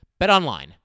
BetOnline